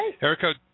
Erica